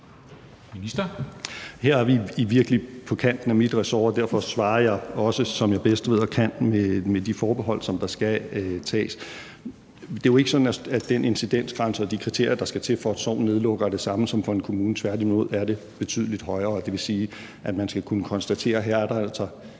Her er vi virkelig på kanten af mit ressort, og derfor svarer jeg også, som jeg bedst ved og kan med de forbehold, som der skal tages. Det er jo ikke sådan, at den incidensgrænse og de kriterier, der skal til, for at et sogn nedlukker, er de samme som for en kommune. Tværtimod er det betydelig højere, og det vil sige, at man skal kunne konstatere, at der her altså